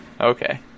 Okay